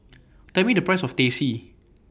Tell Me The Price of Teh C